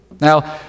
Now